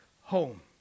home